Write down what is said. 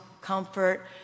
comfort